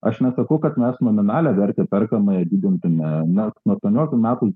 aš nesakau kad mes nominalią vertę perkamąją didintume nes nuo aštuonioliktų metų